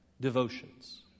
devotions